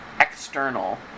external